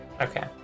Okay